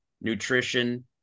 nutrition